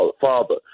father